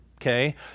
okay